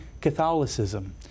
Catholicism